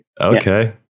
okay